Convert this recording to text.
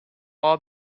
all